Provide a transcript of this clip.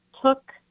took